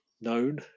known